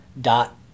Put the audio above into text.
dot